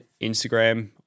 instagram